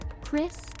Chris